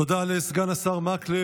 תודה לסגן השר מקלב.